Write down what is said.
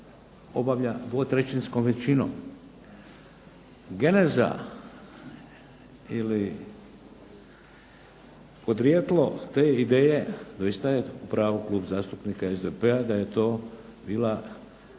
obavlja 2/3 većinom. Geneza ili podrijetlo te ideje, doista je u pravu Klub zastupnika SDP-a da je to bila